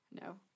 No